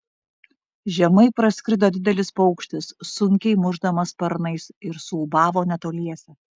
žemai praskrido didelis paukštis sunkiai mušdamas sparnais ir suūbavo netoliese